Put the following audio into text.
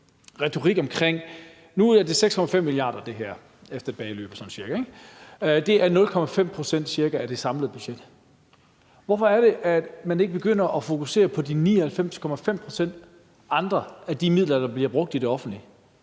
ikke? Det er cirka 0,5 pct. af det samlede budget. Hvorfor er det, at man ikke begynder at fokusere på de 99,5 pct. andre midler, der bliver brugt i det offentlige?